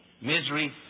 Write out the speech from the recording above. Misery